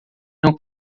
não